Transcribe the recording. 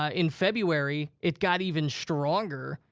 ah in february, it got even stronger,